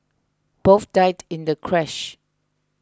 both died in the crash